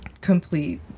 complete